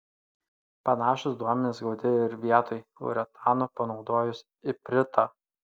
panašūs duomenys gauti ir vietoj uretano panaudojus ipritą